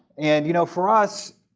and you know for us,